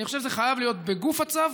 אני חושב שזה חייב להיות בגוף הצו.